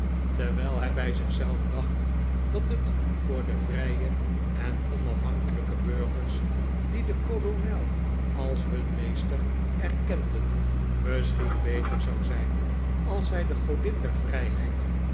terwijl hij bij zich zelf dacht dat het voor de vrije en onafhankelijke burgers die den kolonel als hun meester erkenden misschien beter zou zijn als zij de godin der vrijheid